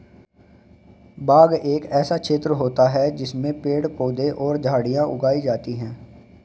बाग एक ऐसा क्षेत्र होता है जिसमें पेड़ पौधे और झाड़ियां उगाई जाती हैं